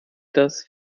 dass